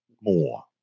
more